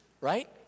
right